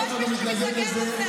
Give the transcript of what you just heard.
יש מישהו שמתנגד לזה?